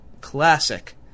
classic